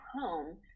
home